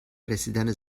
رسیدن